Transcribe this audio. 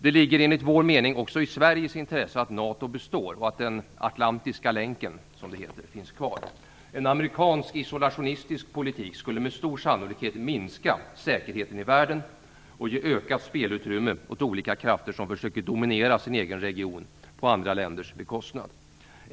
Det ligger enligt vår mening också i Sveriges intresse att NATO består och att den atlantiska länken, som det heter, finns kvar. En amerikansk isolationistisk politik skulle med stor sannolikhet minska säkerheten i världen och ge ökat spelutrymme åt olika krafter som försöker dominera sin egen region på andra länders bekostnad.